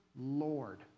Lord